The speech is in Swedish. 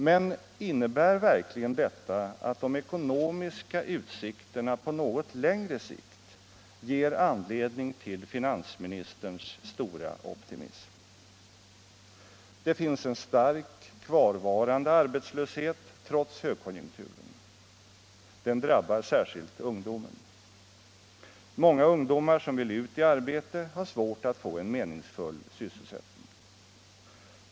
Men innebär verkligen detta att de ekonomiska utsikterna på något längre sikt ger anledning till finansministerns stora optimism? Det finns en stark kvarvarande arbetslöshet trots högkonjunkturen. Den drabbar särskilt ungdomen. Många ungdomar som vill ut i arbete har svårt att få en meningsfull sysselsättning.